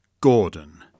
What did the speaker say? Gordon